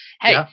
Hey